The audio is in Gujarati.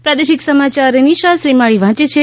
પ્રાદેશિક સમાચાર નિશા શ્રીમાળી વાંચ છે